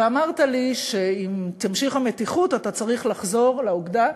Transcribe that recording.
אמרת לי שאם תימשך המתיחות אתה צריך לחזור לאוגדה,